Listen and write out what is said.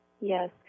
Yes